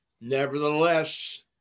Nevertheless